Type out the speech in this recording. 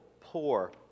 poor